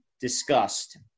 discussed